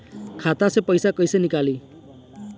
खाता से पैसा कैसे नीकली?